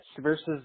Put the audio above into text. versus